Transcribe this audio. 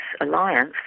alliance